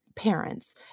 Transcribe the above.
parents